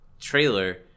trailer